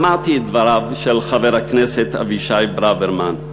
שמעתי את דבריו של חבר הכנסת אבישי ברוורמן,